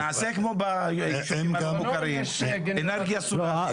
נעשה כמו בנגב, אנרגיה סולרית.